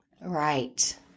Right